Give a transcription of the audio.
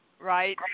right